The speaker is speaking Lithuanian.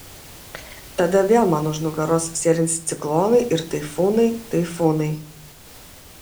tada vėl man už nugaros sėlins ciklonai ir taifūnai taifūnai